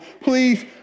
Please